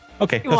Okay